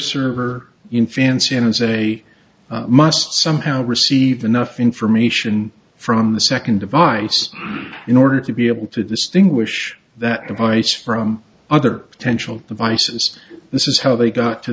fanciness a must somehow receive enough information from the second device in order to be able to distinguish that device from other potential devices this is how they got to